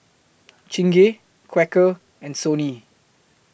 Chingay Quaker and Sony